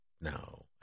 no